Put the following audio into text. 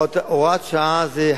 הוראת שעה זו,